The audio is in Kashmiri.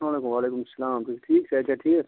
اسلامُ علیکُم وعلیکُم سلام تُہۍ چھِو ٹھِیٖک صحت چھا ٹھیٖک